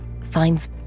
finds